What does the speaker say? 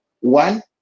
One